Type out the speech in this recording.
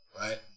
right